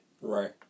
Right